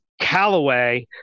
Callaway